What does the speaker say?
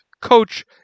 Coach